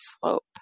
slope